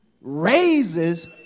raises